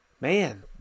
man